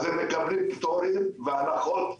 אז הם מקבלים פטורים והנחות מקסימליות,